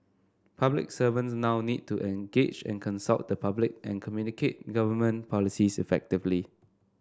public servants now need to engage and consult the public and communicate government policies effectively